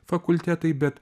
fakultetai bet